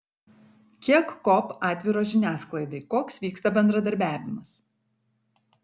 kiek kop atviros žiniasklaidai koks vyksta bendradarbiavimas